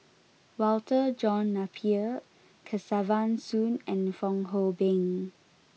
Walter John Napier Kesavan Soon and Fong Hoe Beng